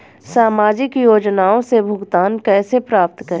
सामाजिक योजनाओं से भुगतान कैसे प्राप्त करें?